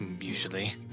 usually